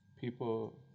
People